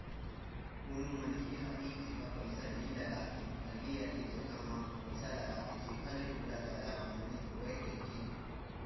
कोनो मनखे ह एक जगा पइसा नइ लगा के अलगे अलगे जगा म पइसा लगाथे जेखर ले ओला जादा आमदानी होवय कहिके